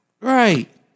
Right